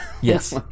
Yes